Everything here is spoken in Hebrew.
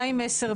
מה עם 10(ב)?